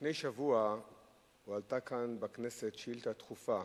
לפני שבוע הועלתה כאן בכנסת שאילתא דחופה